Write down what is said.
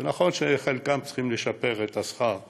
נכון שחלקם צריכים לשפר את שכר המינימום,